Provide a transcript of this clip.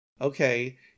Okay